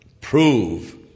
prove